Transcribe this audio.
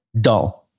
dull